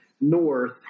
north